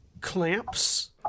clamps